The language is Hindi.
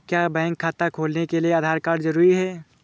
क्या बैंक खाता खोलने के लिए आधार कार्ड जरूरी है?